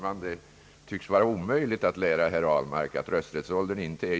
Herr talman!